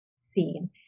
seen